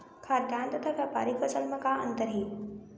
खाद्यान्न तथा व्यापारिक फसल मा का अंतर हे?